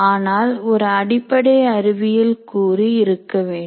ஆனால் ஒரு அடிப்படை அறிவியல் கூறு இருக்கவேண்டும்